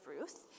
Ruth